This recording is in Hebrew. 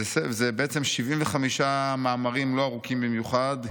אלה 75 מאמרים לא ארוכים במיוחד,